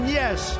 yes